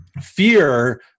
fear